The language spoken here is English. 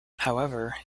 however